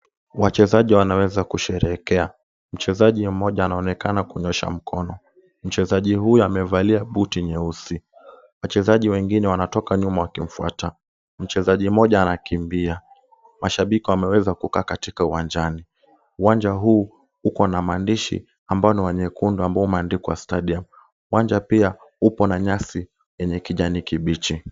Wachezaji wanaweza kusherehekea. Mchezaji mmoja anaonekana kunyosha mkono. Mchezaji huyo amevalia buti nyeusi. Wachezaji wengine wanatoka nyuma wakimfuata. Wachezaji mmoja anakimbia. Mashabiki wameweza kukaa katika uwanjani. Uwanja huu uko na maandishi ambao ni wa nyekundu ambao umeandikwa stadium. Uwanja pia upo na nyasi yenye kijani kibichi.